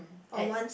eight